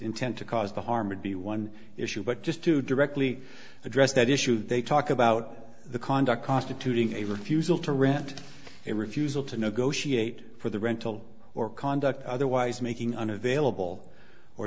to cause the harm or be one issue but just to directly address that issue they talk about the conduct constituting a refusal to rant and refusal to negotiate for the rental or conduct otherwise making unavailable or